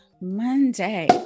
Monday